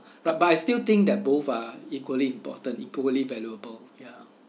but but I still think that both are equally important equally valuable ya